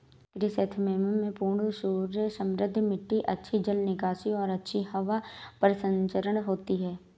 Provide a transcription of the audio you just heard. chrysanthemum में पूर्ण सूर्य समृद्ध मिट्टी अच्छी जल निकासी और अच्छी हवा परिसंचरण होती है